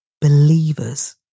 Believers